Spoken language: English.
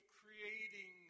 creating